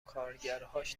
کارگرهاش